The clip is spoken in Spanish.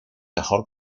mejor